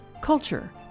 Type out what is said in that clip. culture